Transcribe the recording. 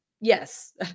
yes